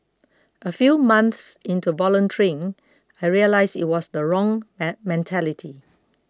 a few months into volunteering I realised it was the wrong an mentality